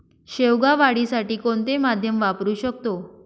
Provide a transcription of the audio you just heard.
शेवगा वाढीसाठी कोणते माध्यम वापरु शकतो?